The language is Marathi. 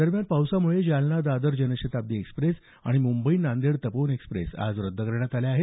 दरम्यान जालना दादर जनशताब्दी एक्सप्रेस आणि मुंबई नांदेड तपोवन एक्सप्रेस आज रद्द करण्यात आल्या आहेत